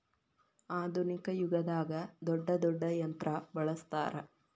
ಆದುನಿಕ ಯುಗದಾಗ ದೊಡ್ಡ ದೊಡ್ಡ ಯಂತ್ರಾ ಬಳಸ್ತಾರ